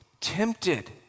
tempted